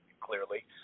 clearly